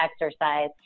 exercise